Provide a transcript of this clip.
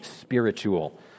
spiritual